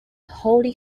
holy